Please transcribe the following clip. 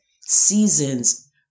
seasons